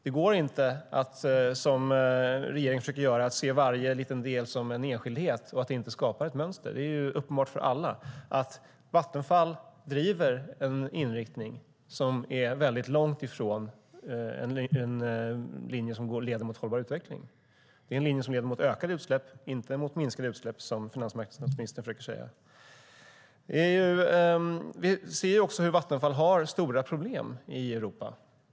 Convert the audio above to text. Det går inte att, som regeringen försöker göra, se varje liten del som en enskildhet och inte se att det skapar ett mönster. Det är uppenbart för alla att Vattenfall driver en inriktning som ligger väldigt långt ifrån en linje som leder till hållbar utveckling. Det är en linje som leder till ökade utsläpp, inte minskade utsläpp som finansmarknadsministern försöker säga. Vi ser också hur Vattenfall har stora problem i Europa.